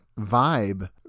vibe